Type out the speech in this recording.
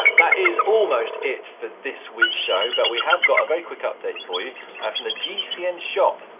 that is almost it for this week's show but we have got a very quick update for you from the gcn shop.